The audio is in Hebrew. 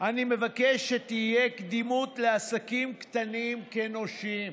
אני מבקש שתהיה קדימות לעסקים קטנים כנושים,